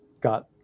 got